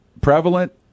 prevalent